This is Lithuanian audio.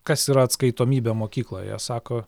kas yra atskaitomybė mokykloje sako